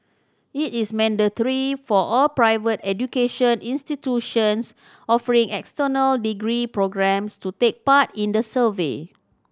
it is mandatory for all private education institutions offering external degree programmes to take part in the survey